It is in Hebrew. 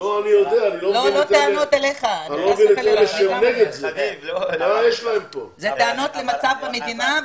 הטענות לא אליך אלא למצב במדינה,